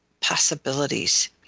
possibilities